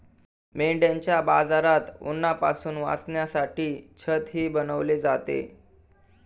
मेंढ्यांच्या बाजारात उन्हापासून वाचण्यासाठी छतही बनवले जाते